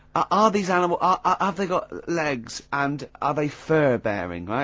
ah, are these animals ah have they got legs, and are they fur-bearing, right,